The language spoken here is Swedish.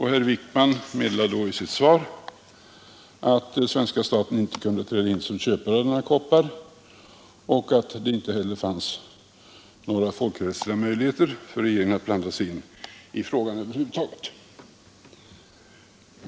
Herr Wickman meddelade i sitt svar att svenska staten inte kunde träda in som köpare av denna koppar och att Nr 74 det inte heller fanns några civileller folkrättsliga möjligheter för Torsdagen den regeringen att blanda sig i frågan.